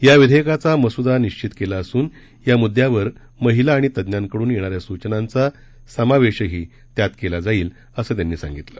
या विधयकाचा मसूदा निश्चित कळा असून या मुद्यावर महिला आणि तज्ञांकडून यण्येन्या सूचनाचा समावध्वी त्यात कला जाईल असं त्यांनी सांगितलं